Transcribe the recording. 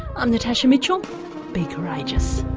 i'm natasha mitchell be courageous